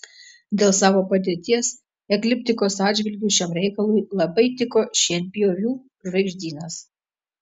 dėl savo padėties ekliptikos atžvilgiu šiam reikalui labai tiko šienpjovių žvaigždynas